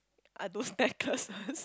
are those necklaces